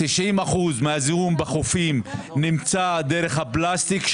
90% מהזיהום בחופים נמצא דרך הפלסטיק.